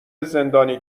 زندانی